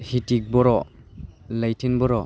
हितिक बर' लैटिन बर'